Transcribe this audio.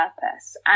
purpose